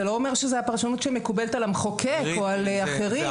זה לא אומר שזאת הפרשנות שמקובלת על המחוקק או על אחרים.